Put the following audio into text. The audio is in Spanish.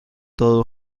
todo